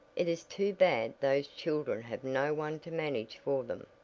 it is too bad those children have no one to manage for them.